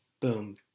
boom